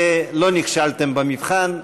ולא נכשלתם במבחן,